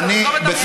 על מה אתה מדבר?